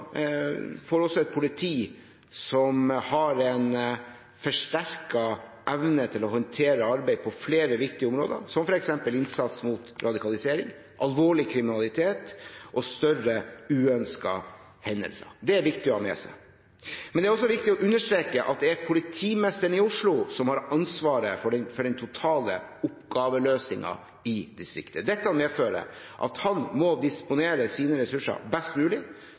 et politi som har en forsterket evne til å håndtere arbeid på flere viktige områder, som f.eks. innsats mot radikalisering, alvorlig kriminalitet og større uønskede hendelser. Det er viktig å ha med seg, men det er også viktig å understreke at det er politimesteren i Oslo som har ansvaret for den totale oppgaveløsingen i distriktet. Dette medfører at han må disponere sine ressurser best mulig,